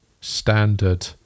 standard